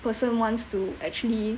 person wants to actually